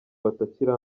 batakiri